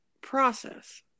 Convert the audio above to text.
process